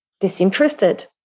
disinterested